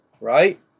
right